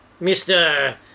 Mr